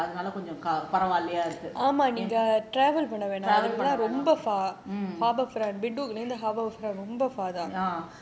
அதுனால கொஞ்சம் பரவால்லியா இருக்கு பண்ண வேண்டாம்:athunaala konjam paravaalliyaa iruku panna vendam